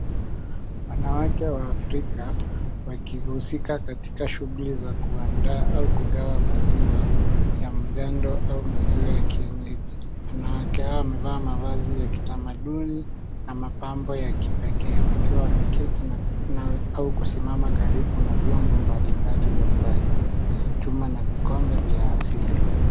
Wanawake waafrika wakihusika katika shughuli za kuandaa au kugawa maziwa ya mgando au maziwa ya kienyeji. Wanawake hawa wamevaa mavazi ya kitamaduni na mapambo ya kipekee wakiwa wameketi au kusimama karibu na vyombo mbalimbali vya plastiki, chuma na vikombe vya asili.